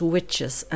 Witches